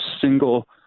single